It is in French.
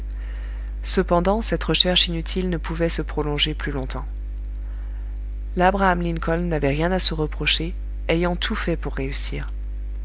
cependant cette recherche inutile ne pouvait se prolonger plus longtemps labraham lincoln n'avait rien à se reprocher ayant tout fait pour réussir